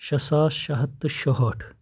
شیٚے ساس شیٚے ہَتھ تہٕ شُہٲٹھ